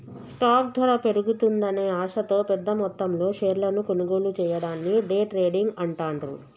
stock ధర పెరుగుతుందనే ఆశతో పెద్దమొత్తంలో షేర్లను కొనుగోలు చెయ్యడాన్ని డే ట్రేడింగ్ అంటాండ్రు